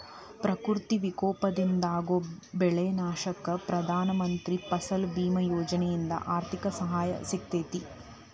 ಪ್ರಕೃತಿ ವಿಕೋಪದಿಂದಾಗೋ ಬೆಳಿ ನಾಶಕ್ಕ ಪ್ರಧಾನ ಮಂತ್ರಿ ಫಸಲ್ ಬಿಮಾ ಯೋಜನೆಯಿಂದ ಆರ್ಥಿಕ ಸಹಾಯ ಸಿಗತೇತಿ